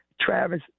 Travis